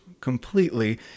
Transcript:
completely